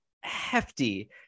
hefty